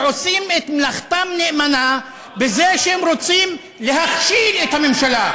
שעושים את מלאכתם נאמנה בזה שהם רוצים להכשיל את הממשלה,